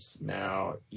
now